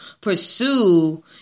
pursue